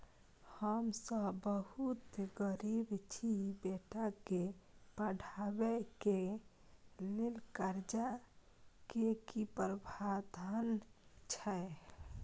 हम सब बहुत गरीब छी, बेटा के पढाबै के लेल कर्जा के की प्रावधान छै?